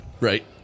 right